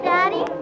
Daddy